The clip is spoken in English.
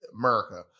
America